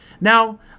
Now